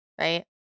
right